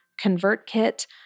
ConvertKit